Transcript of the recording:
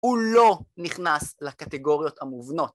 ‫הוא לא נכנס לקטגוריות המובנות.